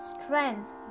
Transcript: strength